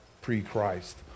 pre-Christ